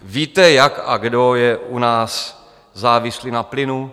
Víte, jak a kdo je u nás závislý na plynu?